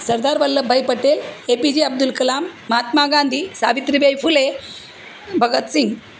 Sardar Vallabhbhai Patel A P J Abdul Kalam Mahatma Gandhi Savitribai Phule Bhagat Singh